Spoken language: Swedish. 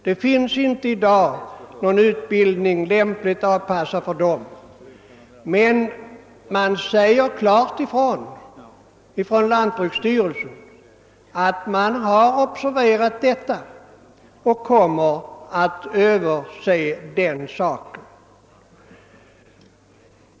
I dag finns inte någon utbildning som är lämpligt avpassad för dem, men lantbruksstyrelsen säger klart ifrån att man har observerat detta och kommer att se över den saken.